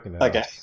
Okay